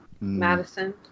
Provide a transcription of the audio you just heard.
Madison